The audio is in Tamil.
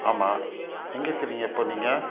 ஆமாம் எங்கே இருக்கிறீங்க இப்போது நீங்கள்